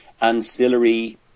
ancillary